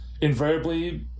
invariably